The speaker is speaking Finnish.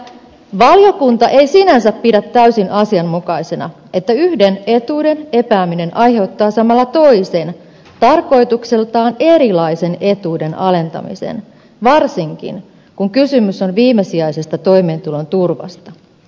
valiokunta ei sinänsä pidä täysin asianmukaisena että yhden etuuden epääminen aiheuttaa samalla toisen tarkoitukseltaan erilaisen etuuden alentamisen varsinkin kun on kysymys viimesijaisesta toimeentulon turvasta